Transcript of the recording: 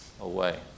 away